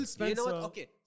Okay